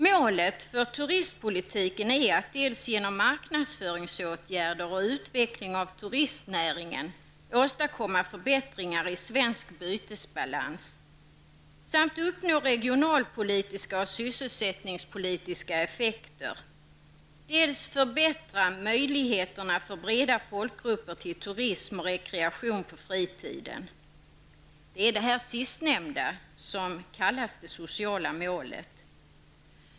Målet för turistpolitiken är att dels genom marknadsföringsåtgärder och utveckling av turistnäringen åstadkomma förbättringar i svensk bytesbalans samt uppnå regionalpolitiska och sysselsättningspolitiska effekter, dels förbättra möjligheterna för breda folkgrupper till turism och rekreation på fritiden. Det är det sistnämnda som kallas det sociala målet.